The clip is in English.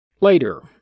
Later